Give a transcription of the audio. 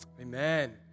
Amen